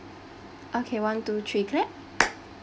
okay one two three clap